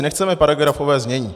Nechceme paragrafové znění.